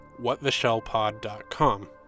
whattheshellpod.com